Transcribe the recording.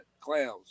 clowns